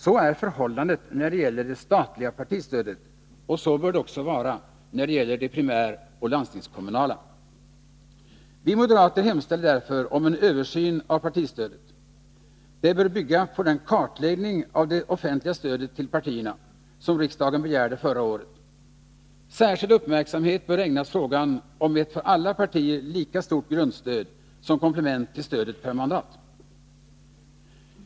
Så är förhållandet när det gäller det statliga partistödet, och så bör det också vara när det gäller det primäroch landstingskommunala. Vi moderater hemställer därför om en översyn av partistödet. Den bör bygga på den kartläggning av det offentliga stödet till partierna som riksdagen begärde förra året. Särskild uppmärksamhet bör ägnas frågan om ett för alla partier lika stort grundstöd som komplement till stödet per mandat.